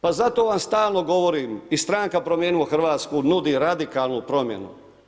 Pa zato vam stalno govorim i stranka Promijenimo Hrvatsku nudi radikalnu promjenu.